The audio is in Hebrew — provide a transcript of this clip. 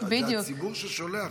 זה הציבור ששולח.